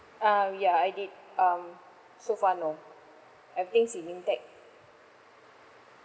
um ya I did um so far no everything's in intact